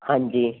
ਹਾਂਜੀ